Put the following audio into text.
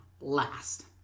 last